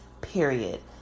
period